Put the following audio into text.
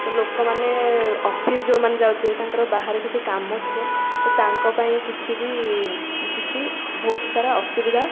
ତ ଲୋକମାନେ ଅଫିସ ଯେଉଁମାନେ ଯାଉଥିବେ ତାଙ୍କର ବାହାରେ କିଛି କାମ ଥିବ ତ ତାଙ୍କ ପାଇଁ କିଛି ବି କିଛି ବହୁତ ସାରା ଅସୁବିଧା